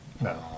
No